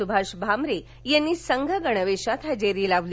सुभाष भामरे यांनी संघ गणवेशात हजेरी लावली